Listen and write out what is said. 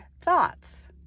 thoughts